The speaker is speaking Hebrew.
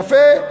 יפה.